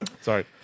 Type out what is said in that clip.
sorry